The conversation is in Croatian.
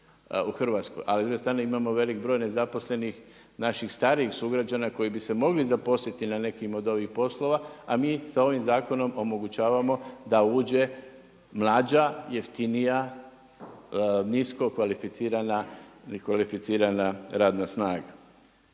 u Hrvatskoj ali s druge strane imamo velik broj nezaposlenih naših starijih sugrađana koji bi se mogli zaposliti na nekim od ovih poslova a mi sa ovim zakonom omogućavamo da uđe mlađa, jeftinija, niskokvalificirana i